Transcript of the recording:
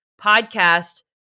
podcast